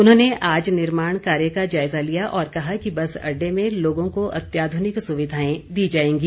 उन्होंने आज निर्माण कार्य का जायजा लिया और कहा कि बस अड्डे में लोगों को अत्याधुनिक सुविधाएं दी जाएंगी